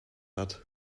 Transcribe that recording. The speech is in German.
hat